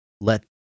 let